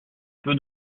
peu